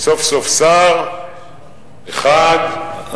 סוף-סוף שר, אחד, בישראל.